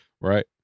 right